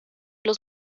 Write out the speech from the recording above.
los